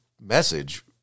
message